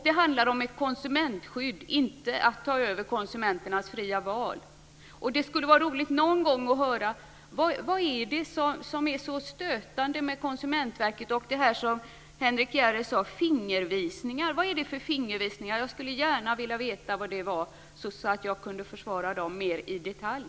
Det handlar om ett konsumentskydd och inte om att ta över konsumenternas fria val. Det skulle vara roligt att någon gång få höra vad det är som är så stötande med Konsumentverket och med fingervisningar, som Henrik Järrel talade om. Vad är det för fingervisningar? Jag skulle gärna vilja veta vad han menade, så att jag kunde försvara dem mer i detalj.